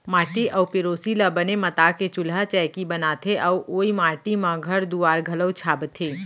माटी अउ पेरोसी ल बने मता के चूल्हा चैकी बनाथे अउ ओइ माटी म घर दुआर घलौ छाबथें